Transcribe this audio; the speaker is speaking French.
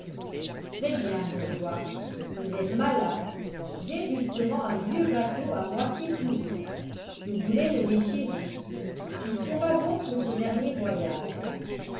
très-bien bourgeois vous êtes malin j'ai justement un vieux bateau à moitié pourri je voulais le déchirer il sera bon pour ce dernier voyage